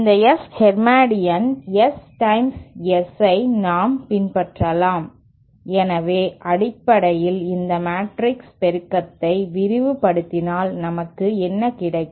இந்த S Hermitian S times S ஐ நாம் பின்பற்றலாம் எனவே அடிப்படையில் இந்த மேட்ரிக்ஸ் பெருக்கத்தை விரிவுபடுத்தினால் நமக்கு என்ன கிடைக்கும்